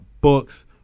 books